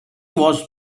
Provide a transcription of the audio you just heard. was